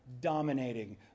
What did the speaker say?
dominating